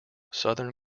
southern